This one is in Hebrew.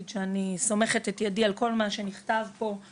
שאני סומכת את ידי על כל מה שנכתב פה,